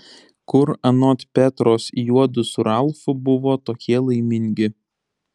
kur anot petros juodu su ralfu buvo tokie laimingi